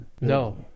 No